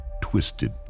twisted